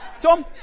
Tom